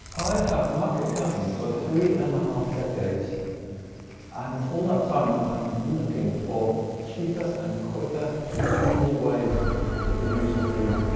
i have a market garden for three and a half decades and all that time i am looking for cheaper and quicker easier ways to produce the food.